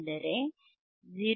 ಅಂದರೆ 0